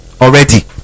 Already